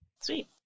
Sweet